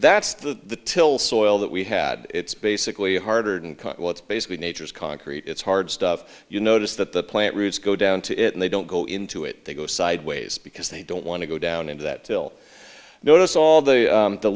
that's the till soil that we had it's basically harder than what's basically nature's concrete it's hard stuff you notice that the plant roots go down to it and they don't go into it they go sideways because they don't want to go down into that till notice all the